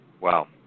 Wow